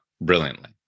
brilliantly